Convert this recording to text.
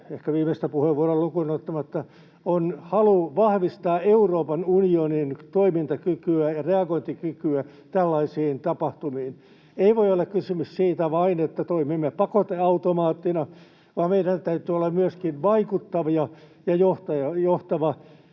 ehkä viimeistä puheenvuoroa lukuun ottamatta — on halu vahvistaa Euroopan unionin toimintakykyä ja reagointikykyä tällaisiin tapahtumiin. Ei voi olla kysymys vain siitä, että toimimme pakoteautomaattina, vaan meidän täytyy olla myöskin vaikuttavia ja johtavia